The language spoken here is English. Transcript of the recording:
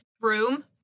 room